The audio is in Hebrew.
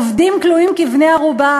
עובדים כלואים כבני-ערובה,